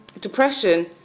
depression